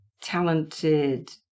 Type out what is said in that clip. talented